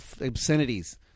obscenities